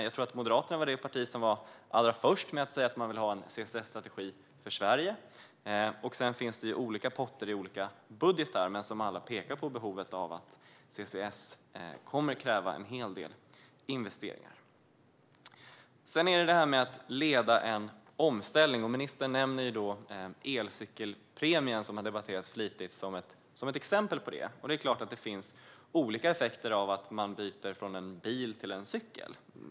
Jag tror att Moderaterna var det parti som var allra först med att säga sig vilja ha en CCS-strategi för Sverige. Sedan finns det olika potter i olika budgetar, men alla pekar på att CCS kommer att kräva en hel del investeringar. Sedan är det detta med att leda en omställning. Ministern nämner elcykelpremien, som har debatterats flitigt som ett exempel på det. Det är klart att det finns olika effekter av att man byter från bil till cykel.